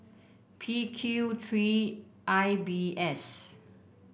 P Qthree I B S